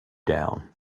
down